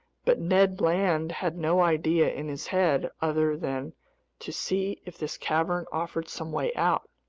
but ned land had no idea in his head other than to see if this cavern offered some way out.